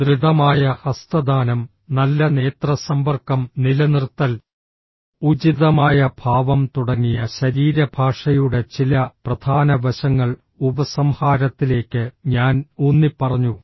ദൃഢമായ ഹസ്തദാനം നല്ല നേത്ര സമ്പർക്കം നിലനിർത്തൽ ഉചിതമായ ഭാവം തുടങ്ങിയ ശരീരഭാഷയുടെ ചില പ്രധാന വശങ്ങൾ ഉപസംഹാരത്തിലേക്ക് ഞാൻ ഊന്നിപ്പറഞ്ഞു